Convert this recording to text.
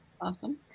Awesome